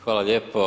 Hvala lijepo.